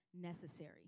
necessary